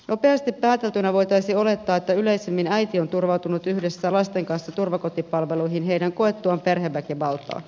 nopeasti pääteltynä voitaisiin olettaa että yleisimmin äiti on turvautunut yhdessä lasten kanssa turvakotipalveluihin heidän koettuaan perheväkivaltaa